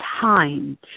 time